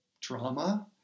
drama